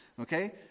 Okay